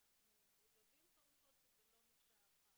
אנחנו יודעים קודם כל שזו לא מקשה אחת,